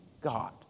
God